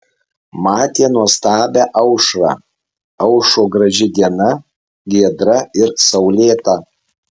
matė nuostabią aušrą aušo graži diena giedra ir saulėta